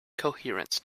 coherence